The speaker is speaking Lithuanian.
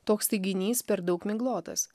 toks teiginys per daug miglotas